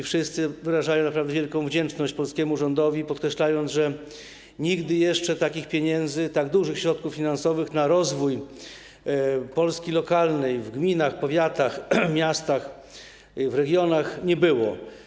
Wszyscy wyrażają naprawdę wielką wdzięczność polskiemu rządowi, podkreślając, że jeszcze nigdy takich pieniędzy, tak dużych środków finansowych na rozwój Polski lokalnej w gminach, powiatach, miastach i regionach nie było.